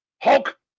Hulk